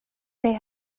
they